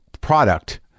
product